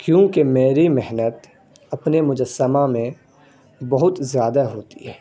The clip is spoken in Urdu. کیونکہ میری محنت اپنے مجسمہ میں بہت زیادہ ہوتی ہے